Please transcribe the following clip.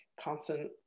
constant